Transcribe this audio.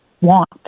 want